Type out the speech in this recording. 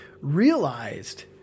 realized